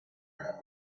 crowd